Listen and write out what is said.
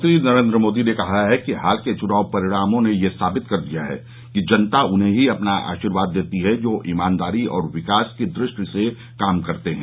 प्रधानमंत्री नरेंद्र मोदी ने कहा है कि हाल के चुनाव परिणामों ने यह साबित कर दिया है कि जनता उन्हें ही अपना आशीर्वाद देती है जो ईमानदारी और विकास की दृष्टि से काम करते हैं